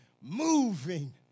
moving